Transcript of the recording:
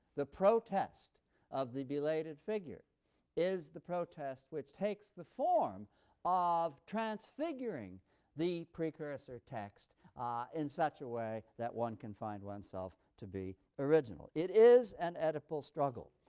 the protest of the belated figure is the protest which takes the form of transfiguring the precursor text in such a way that one can find oneself to be original. it is an oedipal struggle.